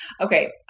Okay